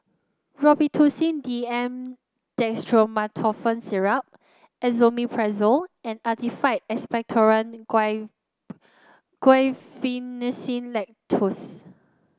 Robitussin D M Dextromethorphan Syrup Esomeprazole and Actified Expectorant Guaiphenesin Linctus